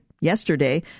yesterday